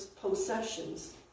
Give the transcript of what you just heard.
possessions